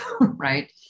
right